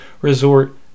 resort